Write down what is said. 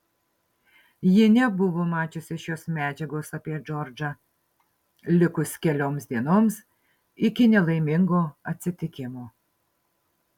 ji nebuvo mačiusi šios medžiagos apie džordžą likus kelioms dienoms iki nelaimingo atsitikimo